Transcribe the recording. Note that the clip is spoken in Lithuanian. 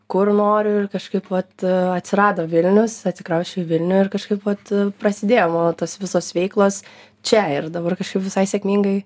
kur noriu ir kažkaip vat atsirado vilnius atsikrausčiau į vilnių ir kažkaip vat prasidėjo mano tos visos veiklos čia ir dabar kažkaip visai sėkmingai